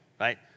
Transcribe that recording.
right